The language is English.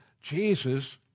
Jesus